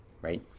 right